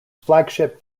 flagship